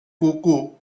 cocoa